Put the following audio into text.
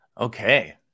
okay